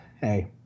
hey